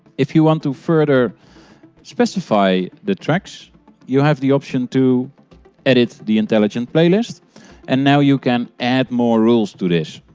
if you want to further specify the tracks you have the option to edit the intelligent playlist and now you can add more rules to this.